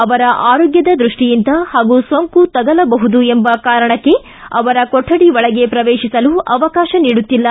ಅವರ ಆರೋಗ್ಯದ ದೃಷ್ಟಿಯಿಂದ ಹಾಗೂ ಸೋಂಕು ತಗುಲಬಹುದು ಎಂಬ ಕಾರಣಕ್ಕೆ ಅವರ ಕೊಠಡಿ ಒಳಗೆ ಪ್ರವೇಶಿಸಲು ಅವಕಾಶ ನೀಡುತ್ತಿಲ್ಲ